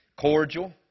Cordial